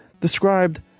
described